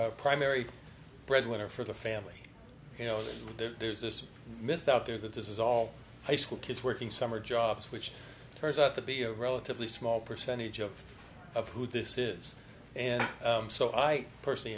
of primary breadwinner for the family you know there's this myth out there that this is all high school kids working summer jobs which turns out to be a relatively small percentage of of who this is and so i personally